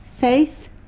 faith